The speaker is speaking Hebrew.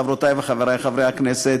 חברותי וחברי חברי הכנסת,